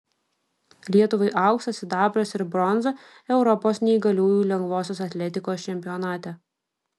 lietuvai auksas sidabras ir bronza europos neįgaliųjų lengvosios atletikos čempionate